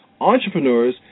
entrepreneurs